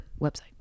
website